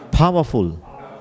Powerful